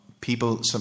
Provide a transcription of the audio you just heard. people